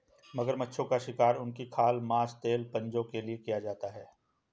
मगरमच्छों का शिकार उनकी खाल, मांस, तेल और पंजों के लिए किया जाता है